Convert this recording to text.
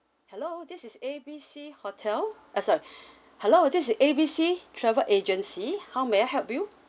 hello this is A B C hotel uh sorry hello this is A B C travel agency how may I help you